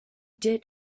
did